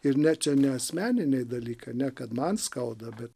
ir ne čia ne asmeniniai dalykai ne kad man skauda bet